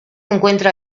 encuentra